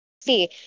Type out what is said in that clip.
see